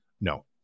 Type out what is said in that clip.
no